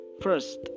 First